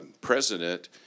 president